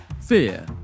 Fear –